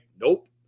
nope